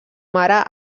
mare